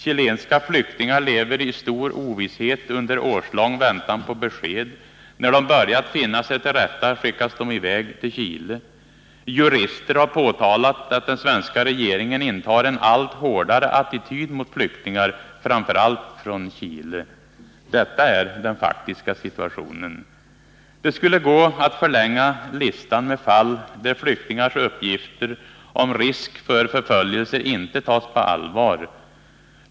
Chilenska flyktingar lever i stor ovisshet under årslång väntan på besked. När de börjat finna sig till rätta skickas de iväg till Chile. Jurister har påtalat att den svenska regeringen intar en allt hårdare attityd mot flyktingar, framför allt från Chile. Detta är den faktiska situationen. Det skulle gå att förlänga listan med fall, där flyktingars uppgifter om risk för förföljelser inte tas på allvar.